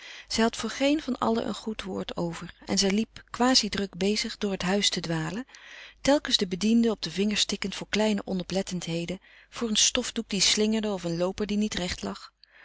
zij had voor geen van allen een goed woord over en zij liep quasi druk bezig door het huis te dwalen telkens de bedienden op de vingers tikkend voor kleine onoplettendheden voor een stofdoek die slingerde of een looper die niet recht lag